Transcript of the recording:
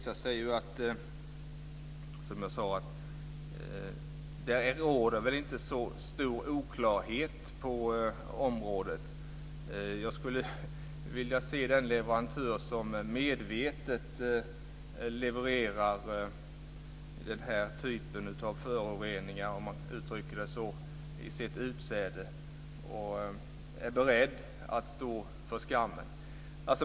Fru talman! Det råder väl inte så stor oklarhet på området. Jag skulle vilja se den leverantör som medvetet levererar den här typen av föroreningar, om jag uttrycker det så, i sitt utsäde och är beredd att stå för skammen.